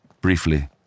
Briefly